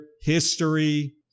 history